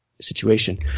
situation